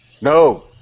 No